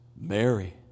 Mary